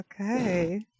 Okay